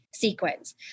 sequence